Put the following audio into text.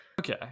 Okay